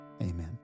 amen